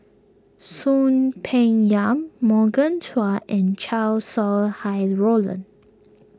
Soon Peng Yam Morgan Chua and Chow Sau Hai Roland